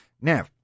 now